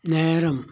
நேரம்